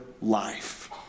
life